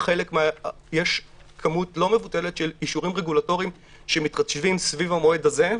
כשיש כמות לא מבוטלת של אישורים רגולטוריים שמתחדשים סביב המועד הזה,